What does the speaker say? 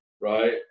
right